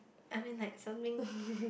I mean like something